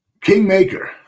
Kingmaker